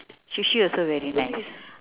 sushi also very nice